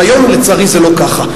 והיום לצערי זה לא ככה.